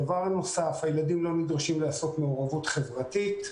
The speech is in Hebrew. דבר נוסף הילדים לא נדרשים לעשות מעורבות חברתית,